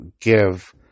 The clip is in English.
give